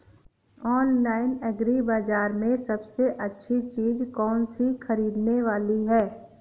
Online agri बाजार में सबसे अच्छी चीज कौन सी ख़रीदने वाली है?